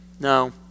No